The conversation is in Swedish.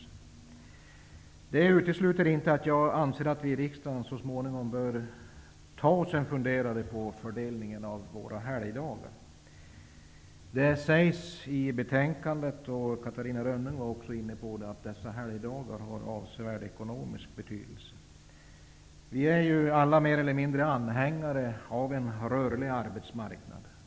Men det utesluter inte att jag anser att vi i riksdagen så småningom bör ta oss en funderare på fördelningen av helgdagar. Det sägs i betänkandet -- och Catarina Rönnung var också inne på detta -- att helgdagarna har avsevärd ekonomisk betydelse. Vi är alla mer eller mindre anhängare av en rörlig arbetsmarknad.